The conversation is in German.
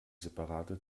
separate